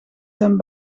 zijn